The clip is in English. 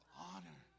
honor